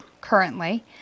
currently